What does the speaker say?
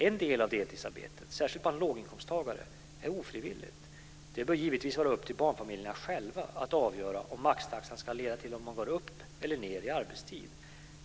En del av deltidsarbetet, särskilt bland låginkomsttagare, är ofrivilligt. Det bör givetvis vara upp till barnfamiljerna själva att avgöra om maxtaxan ska leda till att man går upp eller ned i arbetstid.